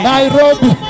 Nairobi